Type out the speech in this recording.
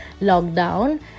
lockdown